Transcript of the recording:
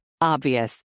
Obvious